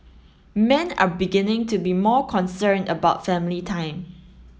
men are beginning to be more concerned about family time